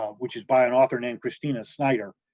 ah which is by an author named christina snyder.